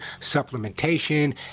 supplementation